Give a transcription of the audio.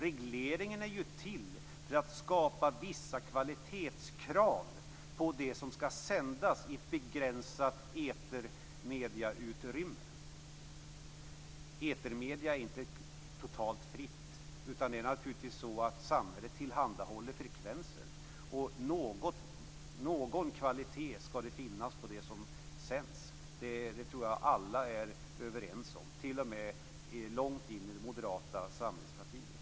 Regleringen är ju till för att ange vissa kvalitetskrav när det gäller det som skall sändas i ett begränsat etermedieutrymme. Etermediet är inte totalt fritt. Samhället tillhandahåller frekvenser, och en viss kvalitet skall känneteckna det som sänds, det tror jag att alla är överens om, t.o.m. djupt i det moderata samlingspartiet.